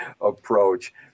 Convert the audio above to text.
approach